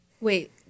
wait